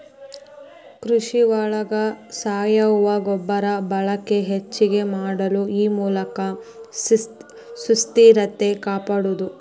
ಕೃಷಿ ಒಳಗ ಸಾವಯುವ ಗೊಬ್ಬರದ ಬಳಕೆ ಹೆಚಗಿ ಮಾಡು ಮೂಲಕ ಸುಸ್ಥಿರತೆ ಕಾಪಾಡುದು